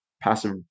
passive